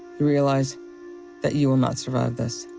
realize that you will not survive this.